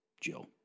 Jill